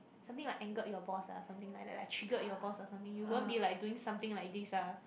something like angered your boss ah something like that like triggered your boss or something you won't be like doing something like this ah